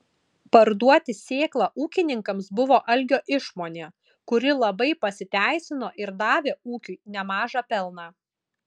parduoti sėklą ūkininkams buvo algio išmonė kuri labai pasiteisino ir davė ūkiui nemažą pelną